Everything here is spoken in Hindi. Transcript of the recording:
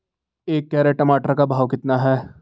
एक कैरेट टमाटर का भाव कितना है?